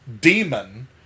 demon